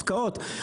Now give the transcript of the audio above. הפקעות.